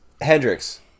Hendrix